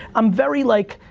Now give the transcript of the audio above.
i'm very like,